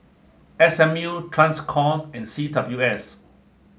S M U TRANSCOM and C W S